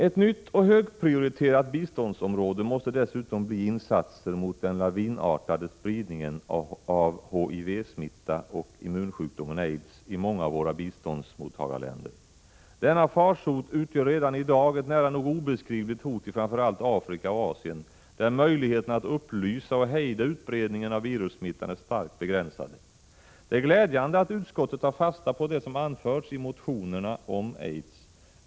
Ett nytt och högprioriterat biståndsområde måste dessutom bli insatser .mot den lavinartade spridningen av HIV-smitta och immunsjukdomen aids i många av våra biståndsmottagarländer. Denna farsot utgör redan i dag ett nära nog obeskrivligt hot i framför allt Afrika och Asien, där möjligheterna att upplysa och hejda utbredningen av virussmittan är starkt begränsade. Det är glädjande att utskottet tar fasta på det som anförs i motionerna om aids.